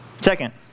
second